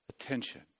attention